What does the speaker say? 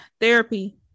therapy